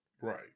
Right